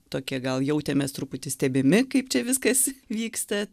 tokie gal jautėmės truputį stebimi kaip čia viskas vyksta